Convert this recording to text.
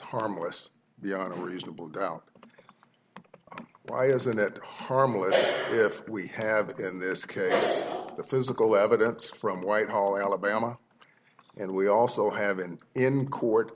harmless beyond a reasonable doubt why isn't it harmless if we have in this case the physical evidence from white hall alabama and we also have it in court